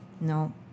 No